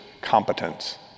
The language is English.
competence